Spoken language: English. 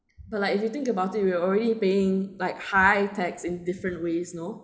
but like if you think about it we are already paying like high tax in different ways you know